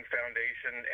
Foundation